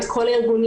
את כל הארגונים,